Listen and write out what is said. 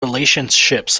relationships